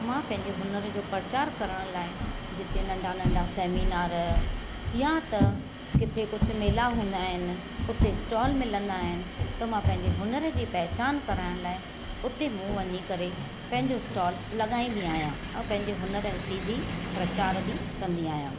मां पंहिंजे हुनर जो प्रचार करण लाइ जिथे नंढा नंढा सेमीनार या त किथे कुझु मेला हूंदा आहिनि हुते स्टॉल मिलंदा आहिनि त मां पंहिंजे हुनर जी पहचान कराइण लाइ हुते मूं वञी करे पंहिंजो स्टॉल लॻाईंदी आहियां ऐं पंहिंजे हुनर खे जी प्रचार बि कंदी आहियां